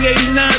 89